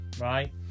right